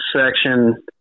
section